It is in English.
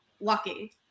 lucky